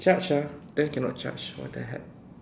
charge ah then cannot charge what the heck